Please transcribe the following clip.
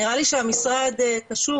נראה לי שהמשרד קשוב,